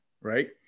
right